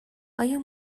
آیا